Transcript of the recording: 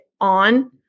on